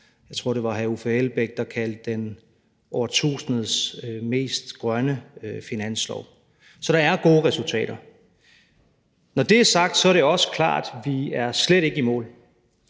jeg tror Uffe Elbæk kaldte årtusindets mest grønne finanslov. Så der er gode resultater. Når det er sagt, er det også klart, at vi slet ikke er i mål.